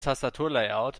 tastaturlayout